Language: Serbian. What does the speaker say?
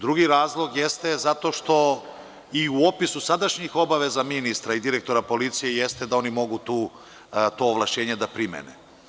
Drugi razlog jeste zato što i u opisu sadašnjih obaveza ministra i direktora policije jeste da oni mogu to ovlašćenje da primene.